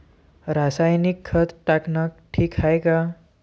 रासायनिक खत टाकनं ठीक हाये का?